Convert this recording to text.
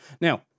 Now